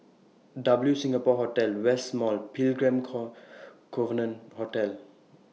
W Singapore Hotel West Mall Pilgrim Covenant Church